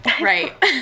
Right